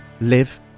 live